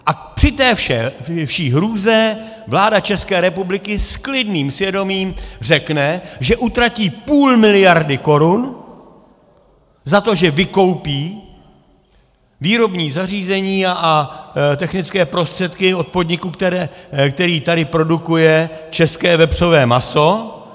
A při té vší hrůze vláda České republiky s klidným svědomím řekne, že utratí půl miliardy korun za to, že vykoupí výrobní zařízení a technické prostředky od podniku, který tady produkuje české vepřové maso.